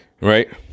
Right